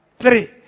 Three